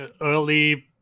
early